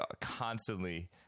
constantly